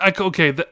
Okay